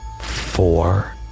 four